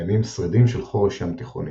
קיימים שרידים של חורש ים תיכוני,